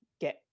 get